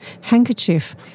handkerchief